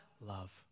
Love